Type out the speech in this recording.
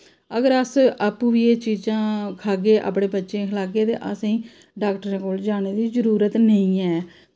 अगर अस आपूं बी एह् चीजां खागै बच्चें गी खलागै ते असें गी डाक्टरें कोल जानें दी जरूरत नेईं ऐ